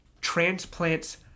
Transplants